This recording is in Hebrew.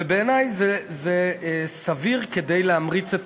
בעיני, זה סביר כדי להמריץ.